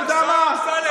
השר אמסלם,